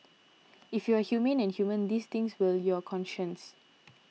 if you are humane and human these things will your conscience